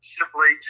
simply